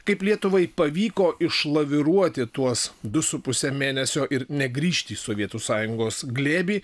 kaip lietuvai pavyko išlaviruoti tuos du su puse mėnesio ir negrįžti į sovietų sąjungos glėbį